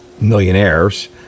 millionaires